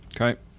Okay